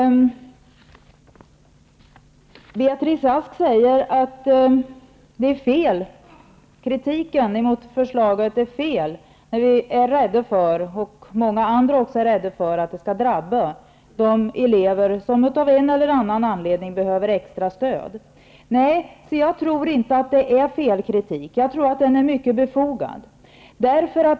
Beatrice Ask säger att kritiken mot förslaget är felaktig.. Vi och många andra är rädda för att detta skall drabba de elever som av en eller annan anledning behöver extra stöd. Jag tror inte att kritiken är oriktig, utan jag tror att den är mycket befogad.